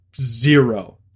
zero